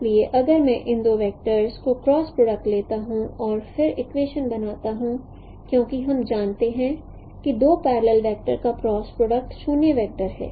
इसलिए अगर मैं इन दो वैक्टरों के क्रॉस प्रोडक्ट लेता हूं और फिर इक्वेशन बनाता हूं क्योंकि हम जानते हैं कि 2 पैरलल वेक्टर का क्रॉस प्रोडक्ट 0 वेक्टर है